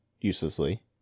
uselessly